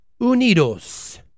Unidos